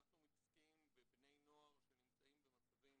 אנחנו מתעסקים בבני נוער שנמצאים במצבים